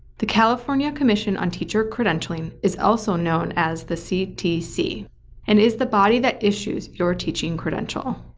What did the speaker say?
the california commission on teacher credentialing is also known as the ctc and is the body that issues your teaching credential.